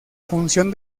función